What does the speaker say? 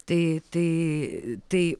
tai tai tai